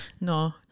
No